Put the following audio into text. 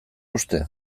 uste